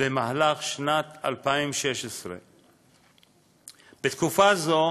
בשנת 2016. בתקופה זו